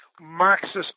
Marxist